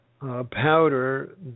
powder